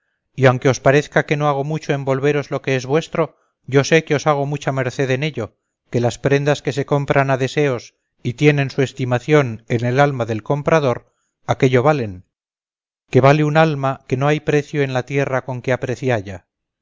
y aunque os parezca que no hago mucho en volveros lo que es vuestro yo sé que os hago mucha merced en ello que las prendas que se compran a deseos y tienen su estimación en el alma del comprador aquello valen que vale una alma que no hay precio en la tierra con que aprecialla